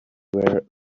where